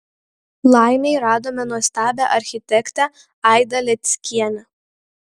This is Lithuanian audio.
laimei radome nuostabią architektę aidą leckienę